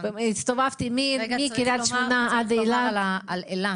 הסתובבתי מקריית שמונה ועד אילת.